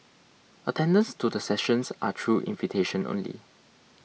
attendance to the sessions are through invitation only